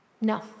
No